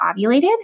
ovulated